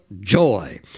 joy